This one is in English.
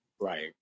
Right